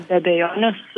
be abejonės